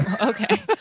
Okay